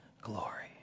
glory